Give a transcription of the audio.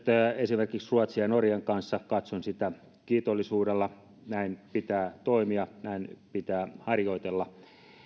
esimerkiksi ruotsin ja norjan kanssa katson kiitollisuudella näin pitää toimia näin pitää harjoitella